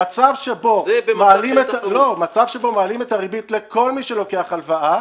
מצב שבו מעלים את הריבית לכל מי שלקוח הלוואה